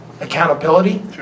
accountability